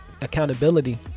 accountability